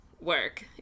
work